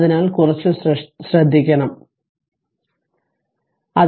അതിനാൽ കുറച്ച് ശ്രദ്ധിക്കണം അതിനാൽ ഏത് കോൾ ഉപയോഗിച്ച്